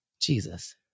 Jesus